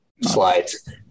slides